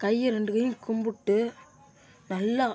கையை ரெண்டு கையும் கும்பிட்டு நல்லா